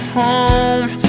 home